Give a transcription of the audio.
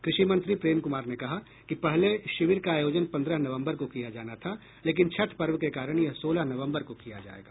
कृषि मंत्री प्रेम क्मार ने कहा कि पहले शिविर का आयोजन पंद्रह नवम्बर को किया जाना था लेकिन छठ पर्व के कारण यह सोलह नवम्बर को किया जायेगा